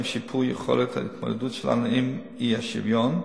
שיפור יכולת ההתמודדות שלנו עם האי-שוויון,